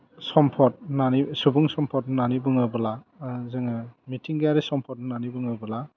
सम्फद होन्नानै सुबुं सम्फद होन्नानै बुङोब्ला जोङो मिथिंगायारि सम्फद होन्नानै बुङोब्ला